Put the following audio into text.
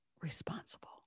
responsible